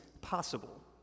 possible